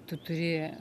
tu turi